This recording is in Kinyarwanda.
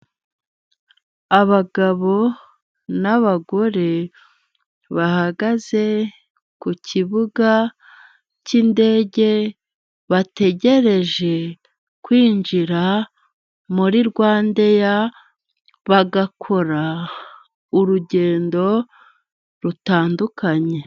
Abagabo n'abagore bahagaze ku kibuga cy'indege, bategereje kwinjira muri Rwandeya, bagakora urugendo rutandukanye.